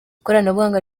ikoranabuhanga